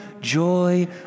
joy